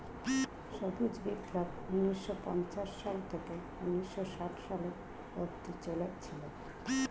সবুজ বিপ্লব ঊন্নিশো পঞ্চাশ সাল থেকে ঊন্নিশো ষাট সালে অব্দি চলেছিল